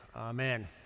Amen